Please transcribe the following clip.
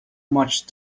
much